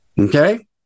okay